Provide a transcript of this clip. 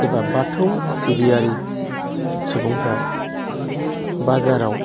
एबा बाथौ सिबियारि सुबुंफोरा बाजाराव